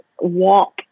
walk